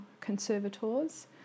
conservators